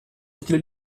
stile